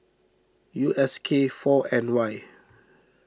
U S K four N Y